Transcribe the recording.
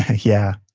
yeah.